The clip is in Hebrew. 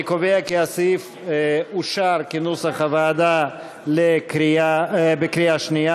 אני קובע כי הסעיף אושר כנוסח הוועדה בקריאה שנייה